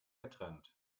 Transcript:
getrennt